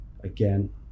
again